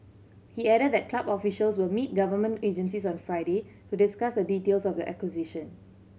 he added that club officials will meet government agencies on Friday to discuss the details of the acquisition